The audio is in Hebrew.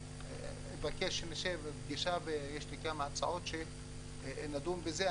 אבקש שנשב לפגישה, יש לי גם הצעות לדון בזה.